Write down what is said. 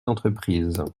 entreprises